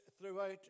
throughout